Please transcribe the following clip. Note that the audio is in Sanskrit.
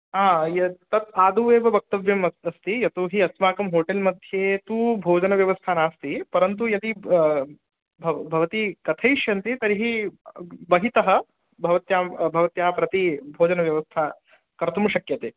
आ यत् तत् आदौ एव वक्तव्यम् अ अस्ति यतोहि अस्माकं होटेल् मध्ये तु भोजनव्यवस्था नास्ति परन्तु यदि भवती कथयिष्यन्ति तर्हि अ बहितः भवत्यां भवत्याः प्रति भोजनव्यवस्था कर्तुं शक्यते